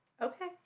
Okay